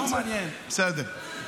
לא מעניין, בסדר.